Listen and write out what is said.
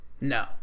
No